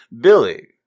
Billy